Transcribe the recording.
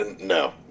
No